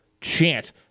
chance